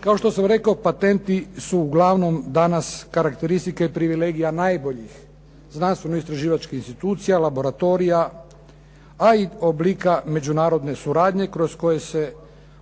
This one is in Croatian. Kao što sam rekao, patentni su uglavnom danas karakteristika i privilegija najboljih znanstveno-istraživačkih institucija, laboratorija, a i oblika međunarodne suradnje kroz koje se